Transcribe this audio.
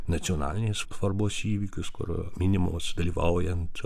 nacionalinės svarbos įvykius kur minimos dalyvaujant